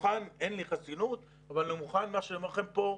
אין לי חסינות אבל זה נכון מה שאני אומר לכם כאן.